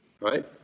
right